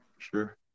sure